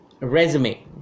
resume